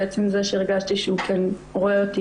זה עצם זה שהרגשתי שהוא כן רואה אותי,